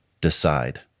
Decide